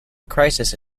crisis